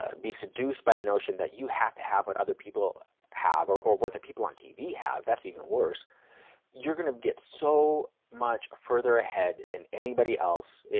ah be seduced by the notion that you have to have what other people have or or what the people on tv have, that's even worse you are going to get so much further ahead than anybody else,